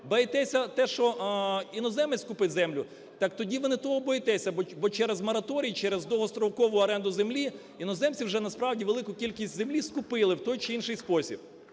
Боїтеся те, що іноземець купить землю? Так тоді ви не того боїтеся, бо через мораторій, через довгострокову оренду землі іноземці вже насправді велику кількість землі скупили в той чи інший спосіб.